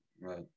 right